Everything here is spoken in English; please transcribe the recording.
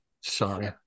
Sorry